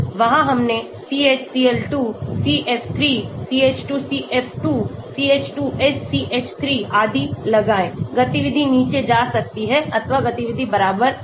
वहां हमने CHCl2 CF3 CH2CF2 CH2SCH3 आदि लगाए गतिविधि नीचे जा सकती है अथवा गतिविधि बराबर हो सकती है